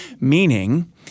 Meaning